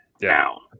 down